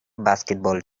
basketball